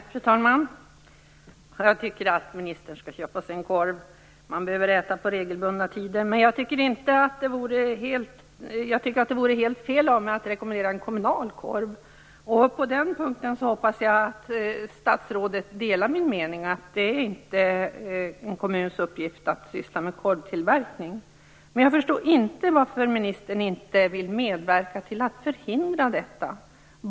Fru talman! Jag tycker att ministern skall köpa sig en korv. Man behöver äta på regelbundna tider. Men jag tycker ett det vore helt fel av mig att rekommendera en kommunal korv. På den punkten hoppas jag att statsrådet delar min mening. Det är inte en kommuns uppgift att syssla med korvtillverkning. Jag förstår inte varför ministern inte vill medverka till att förhindra detta.